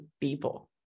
people